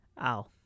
Ow